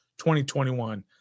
2021